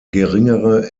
geringere